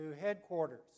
headquarters